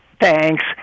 Thanks